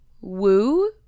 woo